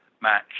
match